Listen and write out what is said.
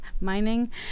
mining